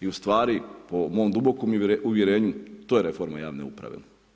i u stvari po mom duboko uvjerenju, to je reforma javne uprave.